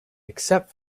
except